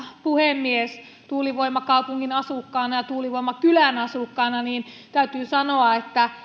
puhemies tuulivoimakaupungin asukkaana ja tuulivoimakylän asukkaana täytyy sanoa